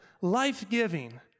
life-giving